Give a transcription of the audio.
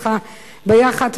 אתך ביחד,